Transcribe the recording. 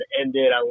ended